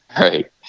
right